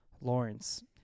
lawrence